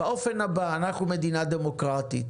באופן הבא אנחנו מדינה דמוקרטית,